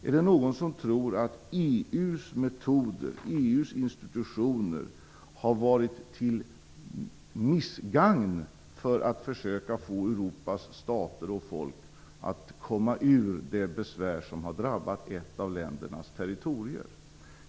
Är det någon som tror att EU:s metoder och institutioner har missgynnat försöken från Europas stater och folk att komma ut ur det besvär som har drabbat ett av ländernas territorier?